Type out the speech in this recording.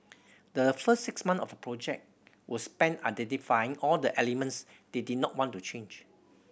the first six months of the project were spent identifying all the elements they did not want to change